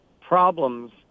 problems